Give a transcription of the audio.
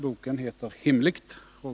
Boken heter ”Hemligt?”.